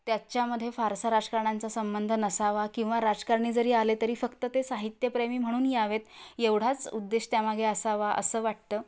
त्याच्यामध्ये फारसा राजकारण्यांचा संबंध नसावा किंवा राजकारणी जरी आले तरी फक्त ते साहित्यप्रेमी म्हणून यावेत एवढाच उद्देश त्यामागे असावा असं वाटतं